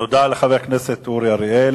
תודה לחבר הכנסת אורי אריאל.